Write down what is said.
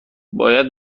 باید